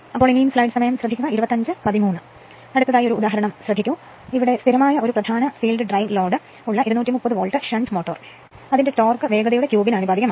അതിനാൽ അടുത്തത് ഒരു ഉദാഹരണമാണ് അതിനാൽ സ്ഥിരമായ ഒരു പ്രധാന ഫീൽഡ് ഡ്രൈവ് ലോഡ് ഉള്ള 230 വോൾട്ട് ഷണ്ട് മോട്ടോർ അതിന്റെ ടോർക്ക് വേഗതയുടെ ക്യൂബിന് ആനുപാതികമാണ്